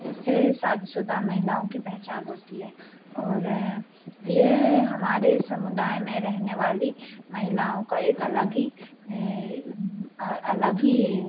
इससे शादीशुदा महिलाओं की पहचान होती है और यह हमारे समुदाय में रहने वाली महिलाओं का एक अलग ही अलग ही